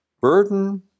Burden